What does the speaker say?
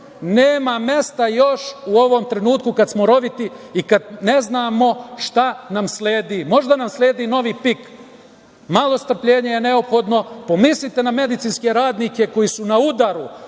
nema mesta još u ovom trenutku kad smo još roviti i kad ne znamo šta nam sledi. Možda nam sledi novi pik. Malo strpljenja je neophodno. Pomislite na medicinske radnike koji su na udaru.